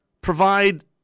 provide –